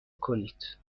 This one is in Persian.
کنید